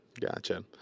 gotcha